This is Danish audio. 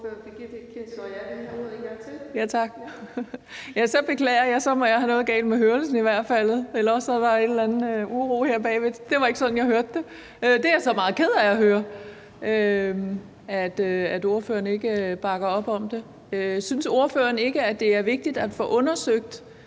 Så beklager jeg. Jeg må enten have noget galt med hørelsen, eller også er der en eller anden uro her bagved. Det var ikke sådan, jeg hørte det. Jeg er meget ked af at høre, at ordføreren ikke bakker op om det. Synes ordføreren ikke, at det er vigtigt at få undersøgt,